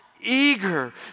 eager